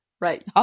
right